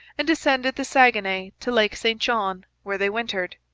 and ascended the saguenay to lake st john where they wintered.